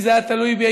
אם זה היה תלוי בי,